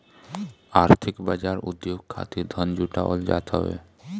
आर्थिक बाजार उद्योग खातिर धन जुटावल जात हवे